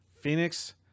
Phoenix